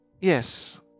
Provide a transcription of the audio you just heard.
Yes